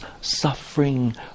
suffering